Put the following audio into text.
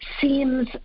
seems